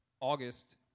August